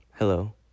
Hello